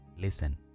listen